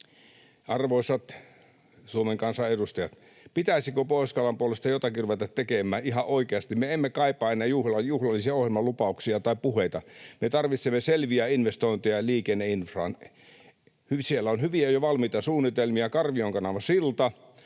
Arvoisat Suomen kansan edustajat! Pitäisikö Pohjois-Karjalan puolesta jotakin ruveta tekemään ihan oikeasti? Me emme kaipaa enää juhlallisia ohjelmalupauksia tai puheita. Me tarvitsemme selviä investointeja liikenneinfraan. Siellä on hyviä, jo valmiita suunnitelmia — Karvion kanavan silta,